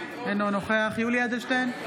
אינו נוכח יולי יואל אדלשטיין,